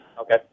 Okay